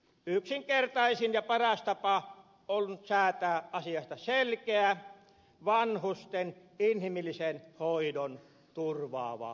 yksinkertaisin ja paras tapa on säätää asiasta selkeä vanhusten inhimillisen hoidon turvaava laki